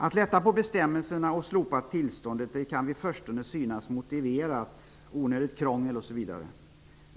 Att lätta på bestämmelserna och slopa tillståndet kan i förstone synas motiverat, onödigt krångel osv.